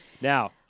Now